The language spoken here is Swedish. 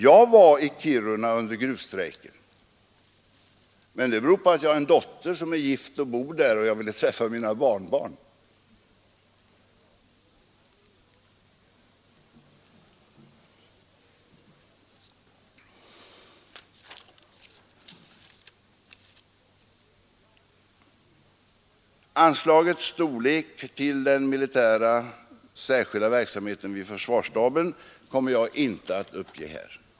Jag var själv i Kiruna under gruvstrejken, men det beror på att jag har en dotter som är gift och bor där och jag ville träffa mina barnbarn. Storleken av anslaget till den militära särskilda verksamheten vid försvarsstaben kommer jag inte att uppge här.